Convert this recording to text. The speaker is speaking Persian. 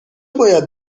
باید